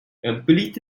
police